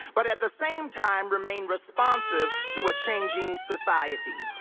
but at the same time, remain responsive to a changing society.